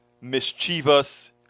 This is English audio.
mischievous